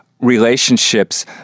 relationships